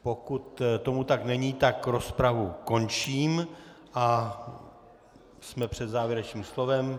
Pokud tomu tak není, tak rozpravu končím a jsme před závěrečným slovem.